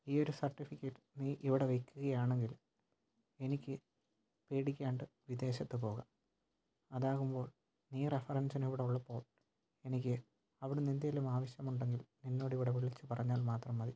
ഈയൊരു സർട്ടിഫിക്കറ്റ് നീ ഇവിടെ വയ്ക്കുകയാണെങ്കിൽ എനിക്ക് പേടിക്കാണ്ട് വിദേശത്ത് പോകാം അതാകുമ്പോൾ നീ റെഫറെൻസിന് ഇവിടെ ഉള്ളപ്പോൾ എനിക്ക് അവിടെ നിന്ന് എന്തെങ്കിലും ആവശ്യമുണ്ടെങ്കിൽ നിന്നോട് ഇവിടെ വിളിച്ച് പറഞ്ഞാൽ മാത്രം മതി